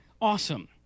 Awesome